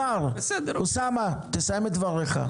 אוסאמה, תסיים את דבריך.